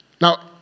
Now